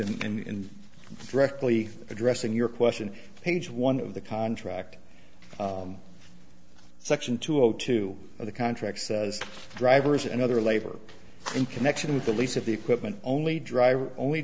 in directly addressing your question page one of the contract section two o two the contracts drivers and other labor in connection with the lease of the equipment only drive only